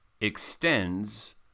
extends